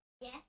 Yes